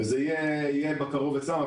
זה יהיה בקרוב אצלם.